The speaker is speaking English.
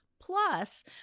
Plus